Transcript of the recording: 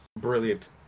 brilliant